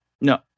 No